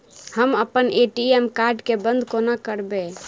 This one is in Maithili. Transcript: हम अप्पन ए.टी.एम कार्ड केँ बंद कोना करेबै?